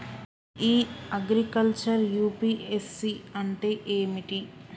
ఇ agriculture UPSC అంటే ఏమిటి?